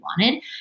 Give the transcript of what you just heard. wanted